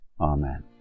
Amen